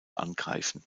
angreifen